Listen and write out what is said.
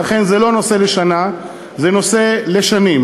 לכן זה לא נושא לשנה, זה נושא לשנים.